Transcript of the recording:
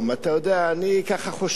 אני חושב,